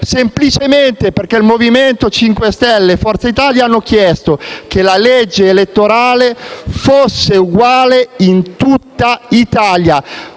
Semplicemente perché il Movimento 5 Stelle e Forza Italia hanno chiesto che la legge elettorale fosse uguale in tutta Italia.